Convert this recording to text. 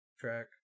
track